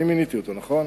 אני מיניתי אותו, נכון?